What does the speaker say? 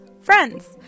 friends